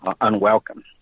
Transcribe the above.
unwelcome